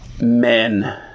Men